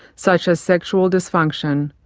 such as sexual dysfunction,